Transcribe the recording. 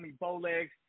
Bowlegs